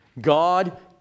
God